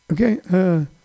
Okay